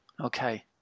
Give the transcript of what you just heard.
Okay